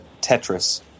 Tetris